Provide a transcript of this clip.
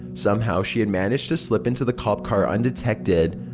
somehow she had managed to slip into the cop car undetected.